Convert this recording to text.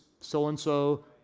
so-and-so